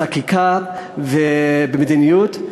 בחקיקה ובמדיניות,